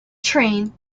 train